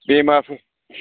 बेमारफोर